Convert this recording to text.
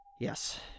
Yes